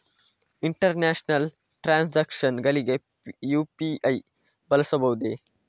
International transactions ಗಳಿಗೆ UPI ಬಳಸಬಹುದೇ?